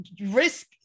risk